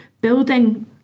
building